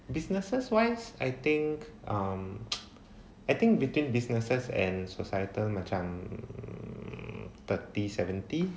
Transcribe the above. businesses wise I think um I think between businesses and societal macam thirty seventy